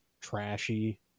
trashy